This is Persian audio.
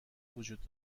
وجود